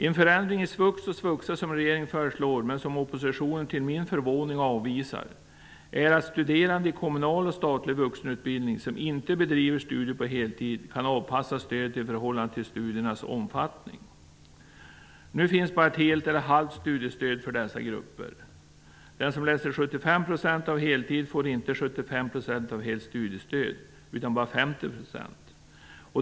En förändring i SVUX och SVUXA som regeringen föreslår men som oppositionen till min förvåning avvisar är att studerande i kommunal och statlig vuxenutbildning, vilka inte bedriver studier på heltid, kan avpassa stödet i förhållande till studiernas omfattning. Nu finns bara helt eller halvt studiestöd för dessa grupper. Den som läser 75 % av heltid får inte 75 % av helt studiestöd utan endast 50 %.